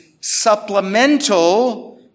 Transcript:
supplemental